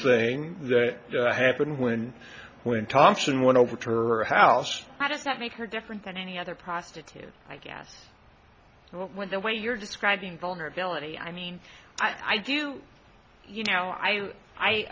thing that happened when when thompson went over to her house how does that make her different than any other prostitute i guess when the way you're describing vulnerability i mean i do you know i i